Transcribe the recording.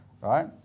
right